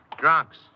Drunks